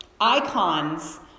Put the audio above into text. Icons